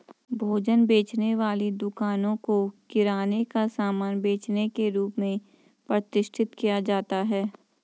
भोजन बेचने वाली दुकानों को किराने का सामान बेचने के रूप में प्रतिष्ठित किया जाता है